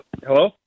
Hello